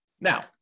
Now